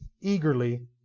eagerly